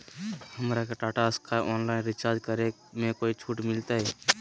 हमरा के Tata Sky online recharge करे में कोई छूट मिलतई